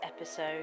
episode